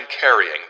carrying